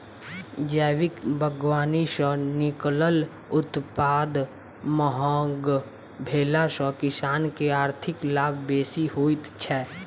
जैविक बागवानी सॅ निकलल उत्पाद महग भेला सॅ किसान के आर्थिक लाभ बेसी होइत छै